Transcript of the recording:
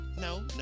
no